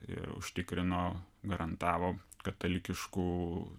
ir užtikrino garantavo katalikiškų